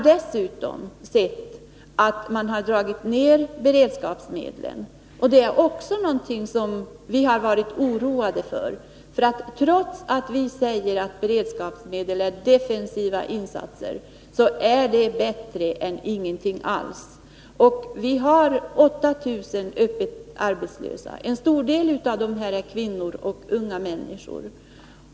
Dessutom har vi sett att beredskapsmedlen har reducerats, och det är också någonting som vi har varit oroade för. Trots att vi säger att beredskapsmedlen är defensiva är de bättre än ingenting alls. Vi har nu 8 000 öppet arbetslösa, varav en stor del är kvinnor och unga människor.